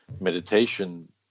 meditation